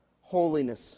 holiness